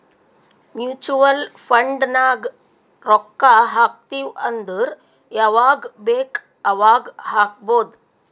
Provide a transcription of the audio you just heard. mutual fund ನಾಗ್ ರೊಕ್ಕಾ ಹಾಕ್ತಿವ್ ಅಂದುರ್ ಯವಾಗ್ ಬೇಕ್ ಅವಾಗ್ ಹಾಕ್ಬೊದ್